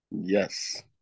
Yes